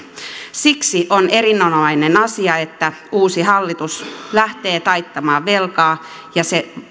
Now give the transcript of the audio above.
siksi on erinomainen asia että uusi hallitus lähtee taittamaan velkaa ja se